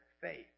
faith